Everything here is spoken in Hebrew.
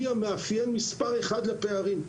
היא המאפיין מספר אחד לפערים.